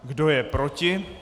Kdo je proti?